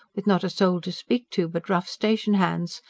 with not a soul to speak to but rough station-hands,